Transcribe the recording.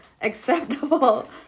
acceptable